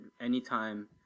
Anytime